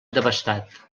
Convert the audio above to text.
devastat